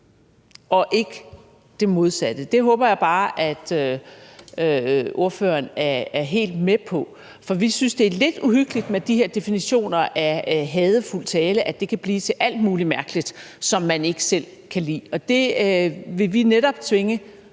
og ikke det modsatte. Det håber jeg bare at ordføreren er helt med på. For vi synes, det er lidt uhyggeligt med de her definitioner af hadefuld tale, og at det kan blive til alt muligt mærkeligt, som man ikke selv kan lide, og det vil vi netop tvinge